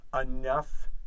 enough